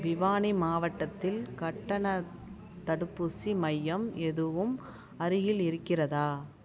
பிவானி மாவட்டத்தில் கட்டணத்தடுப்பூசி மையம் எதுவும் அருகில் இருக்கிறதா